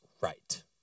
right